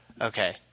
Okay